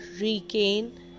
regain